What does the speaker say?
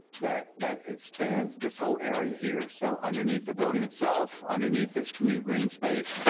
that that expands this whole area here. so, underneath the building itself, underneath this new green space,